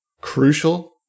crucial